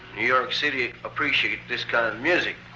york city appreciate this kind of music.